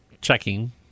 checking